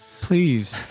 Please